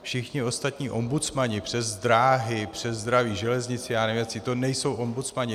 Všichni ostatní ombudsmani přes dráhy, přes zdraví, železnici a já nevím jací, to nejsou ombudsmani.